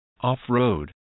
off-road